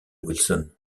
wilson